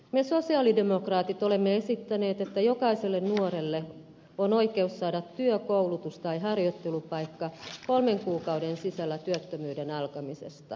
me sosialidemokraatit olemme esittäneet että jokaisella nuorella on oikeus saada työ koulutus tai harjoittelupaikka kolmen kuukauden sisällä työttömyyden alkamisesta